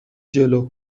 جلو